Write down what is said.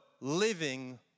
living